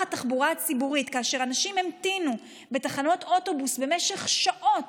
התחבורה הציבורית כאשר אנשים המתינו בתחנות אוטובוס במשך שעות